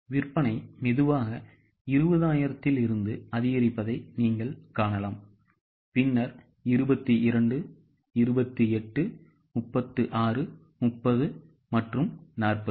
விற்பனை மெதுவாக 20000 இலிருந்து அதிகரிப்பதை நீங்கள் காணலாம் பின்னர் 22 28 36 30 மற்றும் 40